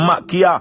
makia